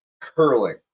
curling